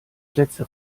plätze